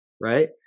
right